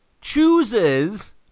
chooses